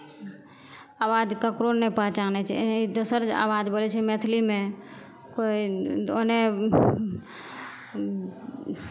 आवाज ककरो नहि पहचानै छै एनही दोसर जे आवाज बोलै छै मैथिलीमे कोइ ओन्नऽ